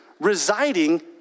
residing